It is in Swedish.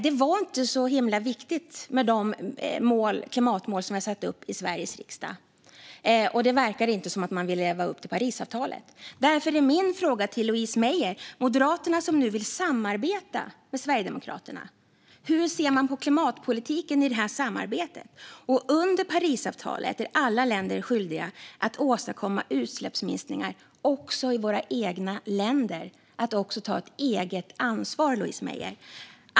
Det var inte så himla viktigt med de klimatmål som vi har satt upp i Sveriges riksdag. Och det verkar inte som att man vill leva upp till Parisavtalet. Därför har jag en fråga till Louise Meijer och Moderaterna, som nu vill samarbeta med Sverigedemokraterna: Hur ser man på klimatpolitiken i det samarbetet? Enligt Parisavtalet är alla länder skyldiga att åstadkomma utsläppsminskningar också i sina egna länder. Det handlar om att ta ett eget ansvar, Louise Meijer.